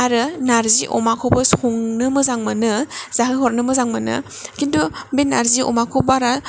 आरो नारजि अमाखौबो संनो मोजां मोनो जाहोहरनो मोजां मोनो खिनथु बे नारजि अमाखौ बारा